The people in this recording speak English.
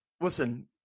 Listen